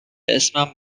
اسمم